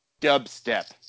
Dubstep